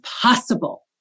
possible